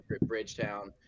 bridgetown